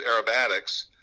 aerobatics